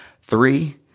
Three